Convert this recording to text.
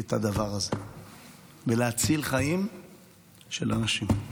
את הדבר הזה ולהציל חיים של אנשים.